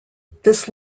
this